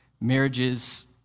marriages